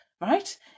right